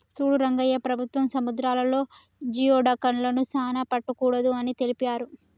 సూడు రంగయ్య ప్రభుత్వం సముద్రాలలో జియోడక్లను సానా పట్టకూడదు అని తెలిపారు